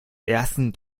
ersten